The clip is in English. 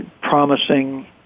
promising